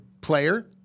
player